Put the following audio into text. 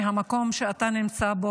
מהמקום שאתה נמצא בו,